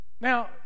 Now